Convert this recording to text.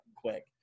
quick